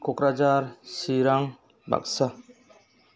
क'क्राझार चिरां बागसा